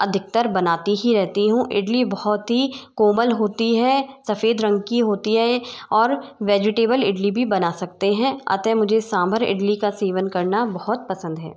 अधिकतर बनाती ही रहती हूँ इडली बहुत ही कोमल होती है सफ़ेद रंग की होती है और वेजिटेबल इडली भी बना सकते हैं अतः मुझे सांभर इडली का सेवन करना बहुत पसंद है